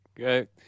Okay